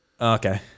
okay